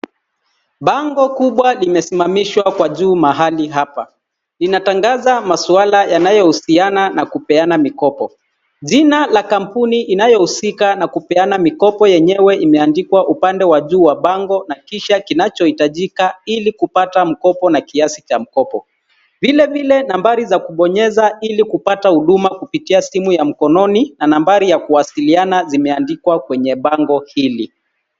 Bango kubwa limesimamishwa kwa juu mahali hapa. Linatangaza maswala yanoyohusiana na kupeana mikopo. Jina la kampuni inayohusika na kupeana mikopo yenyewe imeandikwa upande wa juu wa bango na kisha kinachohitajika ilikupata mkopo na kiasi cha mkopo. Vile vile nambari za kubonyeza ilikupata huduma kupitia simu ya mkononi na nambari ya kuwasiliana zimeandikwa kwenye bango hili.